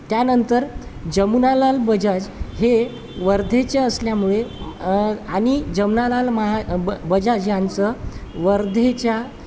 त्यानंतर जमुनालाल बजाज हे वर्धेचे असल्यामुळे आणि जमनालाल महा ब बजाज ह्यांचं वर्धेच्या